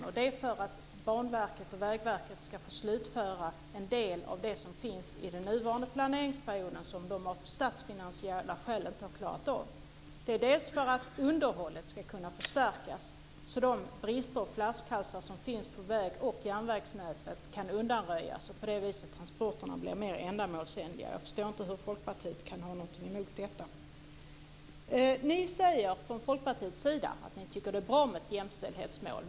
Det är dels för att Banverket och Vägverket ska få slutföra en del av det som finns i den nuvarande planeringsperioden som de av statsfinansiella skäl inte har klarat av, dels för att underhållet ska kunna förstärkas, så att de brister och flaskhalsar som finns på vägoch järnvägsnäten kan undanröjas och transporterna på det viset blir mer ändamålsenliga. Jag förstår inte hur Folkpartiet kan ha någonting emot detta. Ni säger från Folkpartiets sida att ni tycker att det är bra med ett jämställdhetsmål.